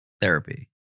therapy